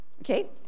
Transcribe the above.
Okay